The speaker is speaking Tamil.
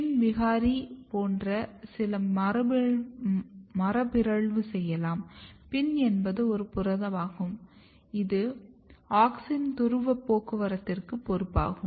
PIN விகாரி போன்ற சில மரபுபிறழ்வு செய்யலாம் PIN என்பது ஒரு புரதமாகும் இது ஆக்ஸினின் துருவப் போக்குவரத்திற்கு பொறுப்பாகும்